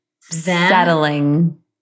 settling